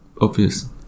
obvious